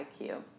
IQ